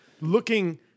looking